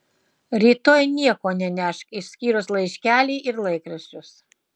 rytoj nieko nenešk išskyrus laiškelį ir laikraščius